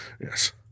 Yes